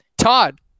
Todd